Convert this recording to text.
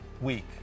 week